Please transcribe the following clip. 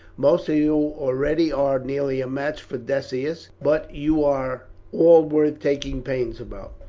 most of you already are nearly a match for decius but you are all worth taking pains about,